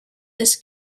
this